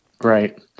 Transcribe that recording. right